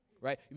Right